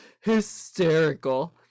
Hysterical